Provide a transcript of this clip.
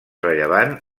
rellevant